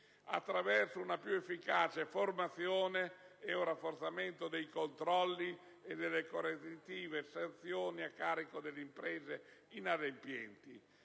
attraverso una più efficace formazione ed un rafforzamento dei controlli e delle correlative sanzioni a carico delle imprese inadempienti